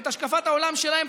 את השקפת העולם שלהם,